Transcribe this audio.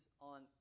on